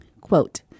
Quote